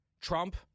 Trump